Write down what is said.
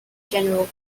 general